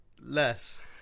less